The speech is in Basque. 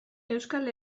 euskal